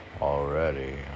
already